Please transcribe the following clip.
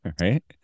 right